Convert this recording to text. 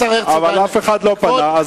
אבל אף אחד לא פנה.